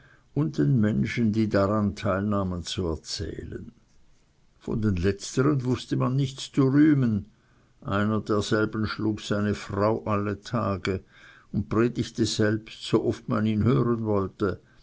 und den menschen die daran teilnahmen zu erzählen von den letztern wußte man nichts zu rühmen einer derselben schlug seine frau alle tage und predigte selbst so oft man ihn hören wollte